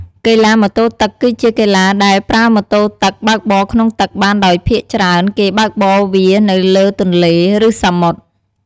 កីឡាម៉ូតូទឹក គឺជាកីឡាដែលប្រើម៉ូតូទឹកបើកបរក្នុងទឹកបានដោយភាគច្រើនគេបើកបរវានៅលើទន្លេ ឬសមុទ្រ។